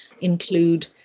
include